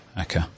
okay